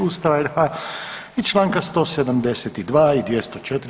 Ustava RH i članka 172. i 204.